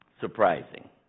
surprising